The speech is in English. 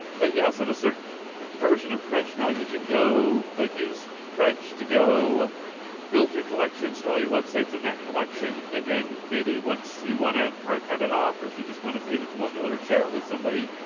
but yes on a certain version of credge, now you can go like use credge to go build your collection, stall your websites in that collection. and then maybe once you wanna archive it off, or if you just wanna save it to one note or share with somebody,